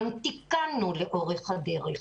גם תיקנו לאורך הדרך.